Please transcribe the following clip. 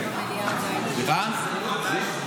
סליחה?